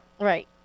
Right